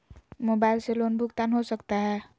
Mobile से loan भुगतान हो सकता है?